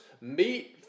meet